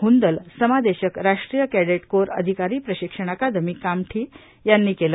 हन्दल समादेशक राष्ट्रीय cadet corps अधिकारी प्रशिक्षण अकादमी कामठी यांनी केलं